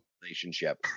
relationship